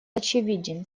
очевиден